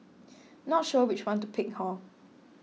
not sure which one to pick hor